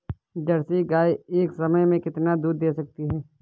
Jersey गाय एक समय में कितना दूध दे सकती है?